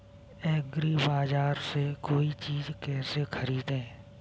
एग्रीबाजार से कोई चीज केसे खरीदें?